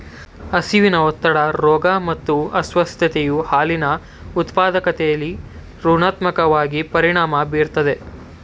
ಹಸಿವಿನ ಒತ್ತಡ ರೋಗ ಮತ್ತು ಅಸ್ವಸ್ಥತೆಯು ಹಾಲಿನ ಉತ್ಪಾದಕತೆಲಿ ಋಣಾತ್ಮಕವಾಗಿ ಪರಿಣಾಮ ಬೀರ್ತದೆ